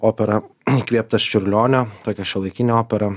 operą įkvėptas čiurlionio tokia šiuolaikinė opera